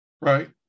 Right